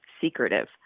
secretive